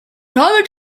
tommy